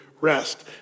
rest